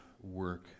work